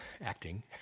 acting